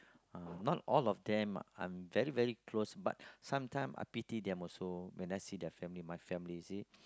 uh not all of them I'm very very close but sometime are pity them also when I see their family my family you see